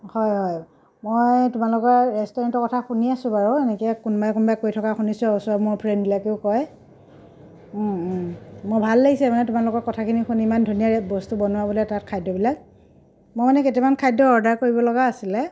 হয় হয় মই তোমালোকৰ ৰেষ্টুৰেন্টৰ কথা শুনি আছো বাৰু এনেকৈ কোনোবাই কোনোবাই কৈ থকা শুনিছোঁ আৰু ওচৰত মোৰ ফ্ৰেণ্ডবিলাকেও কয় মোৰ ভাল লাগিছে মানে তোমালোকৰ কথাখিনি শুনি ইমান ধুনীয়াকৈ বস্তু বনোৱা বোলে তাত খাদ্যবিলাক মই মানে কেইটামান খাদ্য অৰ্ডাৰ কৰিবলগা আছিলে